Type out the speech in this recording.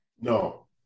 No